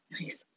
Nice